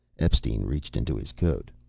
epstein reached into his coat.